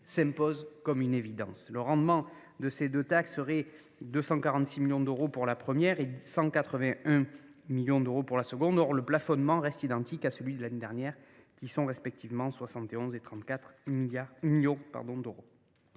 s’impose comme une évidence. Le rendement de ces deux taxes serait de 246 millions d’euros pour la première et de 181,7 millions d’euros pour la seconde. Pourtant, leur plafonnement reste identique à celui de l’année dernière, respectivement à 71,8 millions d’euros